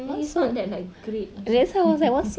and he's not that like great also